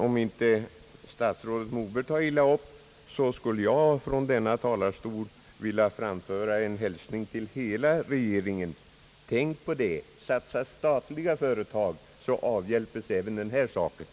Om inte statsrådet Moberg tar illa upp, skulle jag från denna talarstol vilja framföra en hälsning till hela regeringen: Satsa på statliga före tag, så avhjälps även det här problemet.